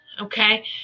Okay